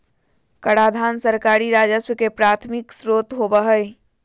कराधान सरकारी राजस्व के प्राथमिक स्रोत होबो हइ